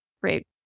Great